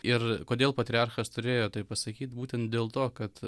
ir kodėl patriarchas turėjo tai pasakyt būtent dėl to kad